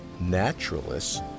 Naturalists